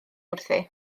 wrthi